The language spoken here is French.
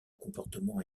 comportement